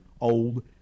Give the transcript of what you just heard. old